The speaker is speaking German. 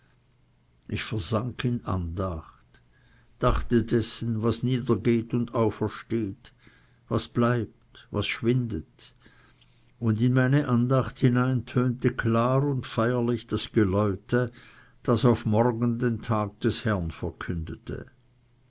ich versank in andacht dachte dessen was niedergeht und aufersteht was bleibt was schwindet und in meine andacht hinein tönte klar und feierlich das geläute das auf morgen den tag des herrn verkündete